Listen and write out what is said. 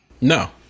no